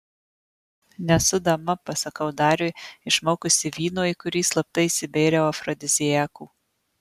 nesu dama pasakau dariui išmaukusi vyno į kurį slapta įsibėriau afrodiziakų